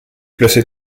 classées